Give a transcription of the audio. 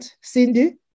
Cindy